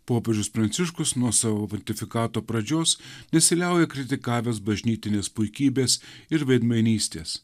popiežius pranciškus nuo savo pontifikato pradžios nesiliauja kritikavęs bažnytinės puikybės ir veidmainystės